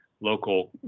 local